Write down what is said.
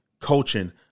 coaching